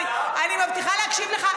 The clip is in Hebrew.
אני לא שמעתי טיעון אחד.